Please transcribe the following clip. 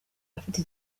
afite